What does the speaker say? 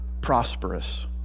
prosperous